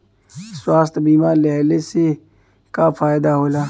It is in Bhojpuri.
स्वास्थ्य बीमा लेहले से का फायदा होला?